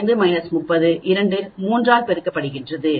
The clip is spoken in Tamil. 5 30 2 3 ஆல் பெருக்கப்படுகிறது